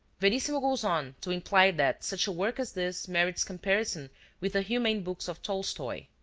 verissimo goes on to imply that such a work as this merits comparison with the humane books of tolstoi.